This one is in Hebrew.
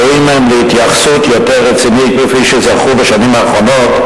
ראויים הם להתייחסות יותר רצינית מכפי שזכו בשנים האחרונות,